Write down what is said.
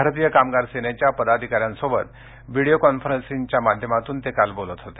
भारतीय कामगार सेनेच्या पदाधिकाऱ्यांशी व्हिडिओ कॉन्फरन्सच्या माध्यमातून ते काल बोलत होते